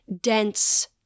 dense